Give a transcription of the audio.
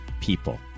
people